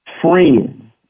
friend